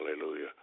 Hallelujah